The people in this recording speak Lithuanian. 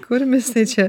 kurmis tai čia